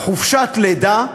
חופשת לידה,